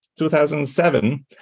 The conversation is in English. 2007